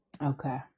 okay